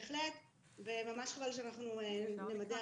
אבל הוא ישים בהחלט וחבל שאנחנו נמדר